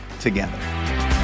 together